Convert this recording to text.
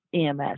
EMS